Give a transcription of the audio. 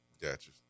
Gotcha